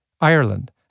Ireland